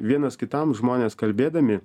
vienas kitam žmonės kalbėdami